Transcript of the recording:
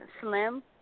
Slim